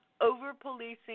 Over-policing